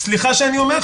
סליחה שאני אומר,